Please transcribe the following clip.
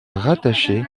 rattacher